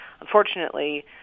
unfortunately